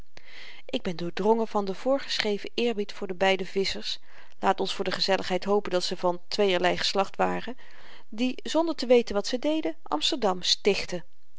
ik ben doordrongen van den voorgeschreven eerbied voor de beide visschers laat ons voor de gezelligheid hopen dat ze van tweërlei geslacht waren die zonder te weten wat ze deden amsterdam stichtten